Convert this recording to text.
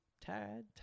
Tad